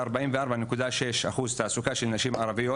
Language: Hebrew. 44.6 אחוז התעסוקה של נשים ערביות